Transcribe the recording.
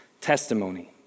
testimony